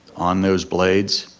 on those blades,